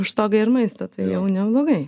už stogą ir maistą tai jau neblogai